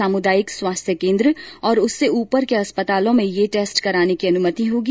सामुदायिक स्वास्थ्य केन्द्र और उससे ऊपर के अस्पतालों में यह टेस्ट करने की अनुमति होगी